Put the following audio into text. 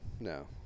No